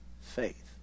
faith